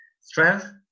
strength